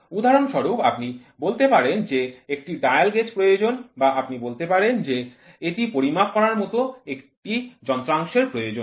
উদাহরণস্বরূপ আপনি বলতে পারেন যে একটি ডায়াল গেজ প্রয়োজন বা আপনি বলতে পারেন যে এটি পরিমাপ করার মতো একটি যন্ত্রাংশের প্রয়োজন